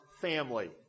Family